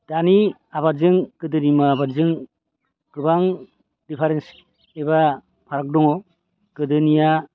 दानि आबादजों गोदोनि आबादजों गोबां डिफारेन्स एबा फाराग दङ गोदोनिया